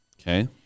Okay